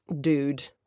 dude